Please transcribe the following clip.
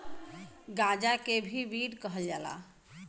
गांजा के भी वीड कहल जाला